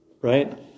Right